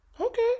okay